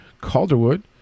Calderwood